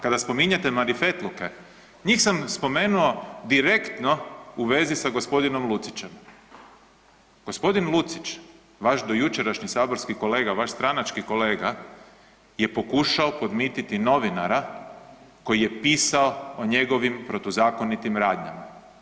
Kada spominjete marifetluke, njih sam spomenuo direktno u vezi sa g. Lucićem. g. Lucić, vaš dojučerašnji saborski kolega, vaš stranački kolega je pokušao podmititi novinara koji je pisao o njegovim protuzakonitim radnjama.